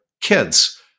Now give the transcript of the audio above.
kids